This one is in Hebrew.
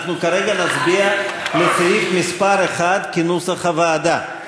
אנחנו כרגע נצביע על סעיף 1 כנוסח הוועדה,